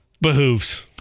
Behooves